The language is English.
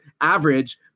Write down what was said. average